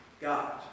God